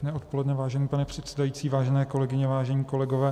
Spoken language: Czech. Pěkné odpoledne, vážený pane předsedající, vážené kolegyně, vážení kolegové.